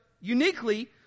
uniquely